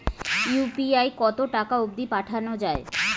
UPI কতো টাকা অব্দি পাঠা যায়?